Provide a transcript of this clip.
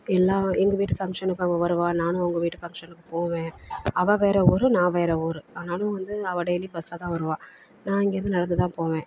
எல்லா எங்கள் வீட்டு ஃபங்க்ஷனுக்கு அவள் வருவாள் நானும் அவங்க வீட்டு ஃபங்க்ஷனுக்கு போவேன் அவள் வேறு ஊர் நான் வேறு ஊர் ஆனாலும் வந்து அவள் டெய்லி பஸ்ஸில் தான் வருவாள் நான் இங்கேயிருந்து நடந்து தான் போவேன்